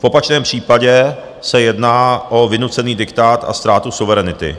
V opačném případě se jedná o vynucený diktát a ztrátu suverenity.